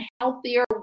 healthier